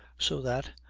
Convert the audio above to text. so that,